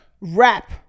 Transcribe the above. rap